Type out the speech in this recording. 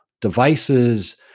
devices